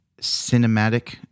cinematic